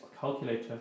calculator